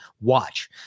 Watch